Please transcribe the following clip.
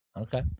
Okay